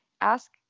ask